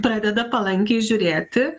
pradeda palankiai žiūrėti